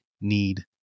need